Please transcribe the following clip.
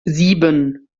sieben